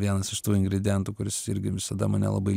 vienas iš tų ingredientų kuris irgi visada mane labai